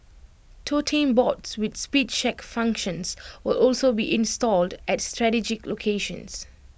totem boards with speed check functions will also be installed at strategic locations